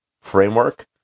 framework